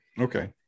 Okay